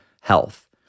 health